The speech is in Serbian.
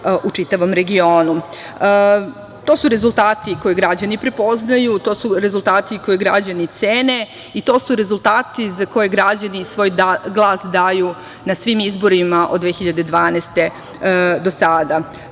u čitavom regionu. To su rezultati koje građani prepoznaju, to su rezultati koje građani cene i to su rezultati za koje građani svoj glas daju na svim izborima od 2012. godine,